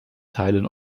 teilen